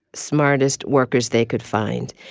smartest, workers they could find.